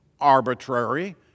arbitrary